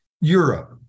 Europe